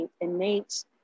innate